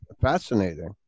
fascinating